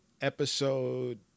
Episode